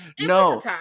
No